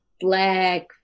black